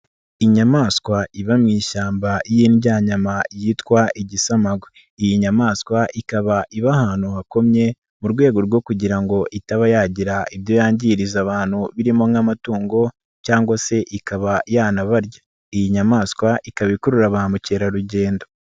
Inyamaswa iba mu ishyamba y'indyanyama yitwa igisamagwe, iyi nyamaswa ikaba iba ahantu hakomye mu rwego rwo kugira ngo itaba yagira ibyo yangiriza abantu birimo nk'amatungo, cyangwa se ikaba yanabarya, iyi nyamaswa ikaba ikurura ba mukerarugendo.